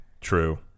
true